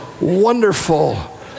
wonderful